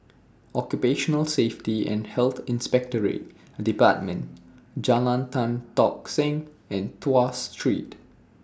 Occupational Safety and Health Inspectorate department Jalan Tan Tock Seng and Tuas Street